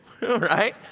right